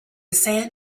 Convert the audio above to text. sand